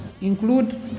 include